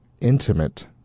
intimate